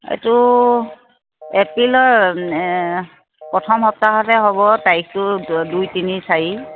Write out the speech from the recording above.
এটো এপ্ৰিলৰ প্ৰথম সপ্তাহতে হ'ব তাৰিখটো দু দুই তিনি চাৰি